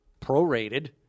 prorated